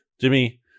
Jimmy